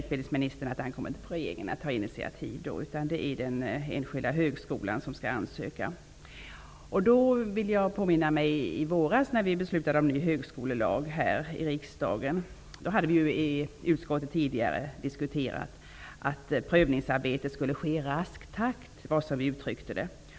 Utbildningsministern säger att det inte ankommer på regeringen att ta initiativ, utan det är den enskilda högskolan som skall ansöka. När riksdagen i våras beslutade om en ny högskolelag hade vi i utskottet tidigare diskuterat frågan. Prövningsarbetet skulle ske i rask takt, som vi uttryckte det.